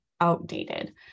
outdated